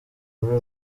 muri